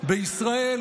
והשירות הזה